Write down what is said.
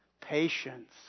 patience